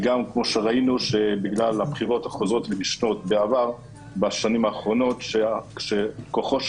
צריך להוכיח זכאות כלכלית וסיכוי